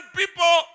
people